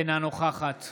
אינה נוכחת